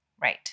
Right